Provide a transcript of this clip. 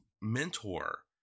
mentor